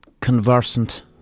conversant